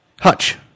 Hutch